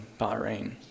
Bahrain